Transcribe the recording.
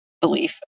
belief